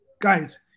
guys